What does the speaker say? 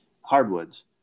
hardwoods